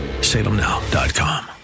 salemnow.com